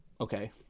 okay